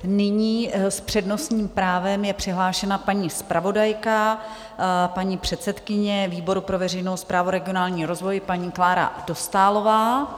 Nyní s přednostním právem je přihlášena paní zpravodajka, paní předsedkyně výboru pro veřejnou správu a regionální rozvoj, paní Klára Dostálová.